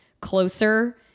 closer